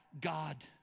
God